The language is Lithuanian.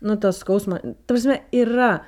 nu tas skausma ta prasme yra